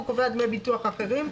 הוא קובע דמי ביטוח אחרים.